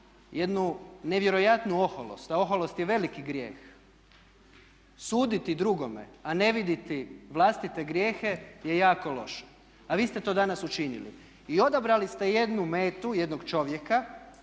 jednu nevjerojatnu oholost, a oholost je veliki grijeh. Suditi drugome, a ne vidjeti vlastite grijehe je jako loše, a vi ste to danas učinili. I odabrali ste jednu metu, jednog čovjeka,